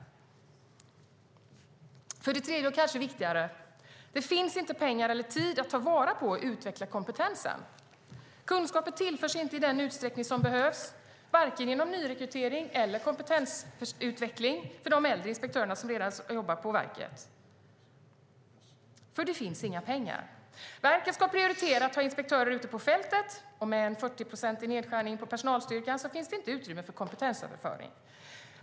För det tredje och kanske viktigaste: Det finns inte pengar eller tid till att ta vara på och utveckla kompetensen. Kunskaper tillförs inte i den utsträckning som behövs, varken inom nyrekrytering eller inom kompetensutveckling för de äldre inspektörerna som redan jobbar inom verket. Det finns nämligen inga pengar. Verket ska prioritera att ha inspektörer ute på fältet, och med en 40-procentig nedskärning på personalstyrkan finns det inte utrymme för kompetensöverföring.